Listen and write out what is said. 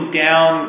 down